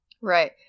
right